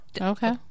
Okay